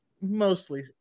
mostly